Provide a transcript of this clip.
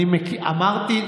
אמרתי.